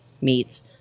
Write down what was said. meats